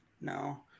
no